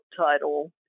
title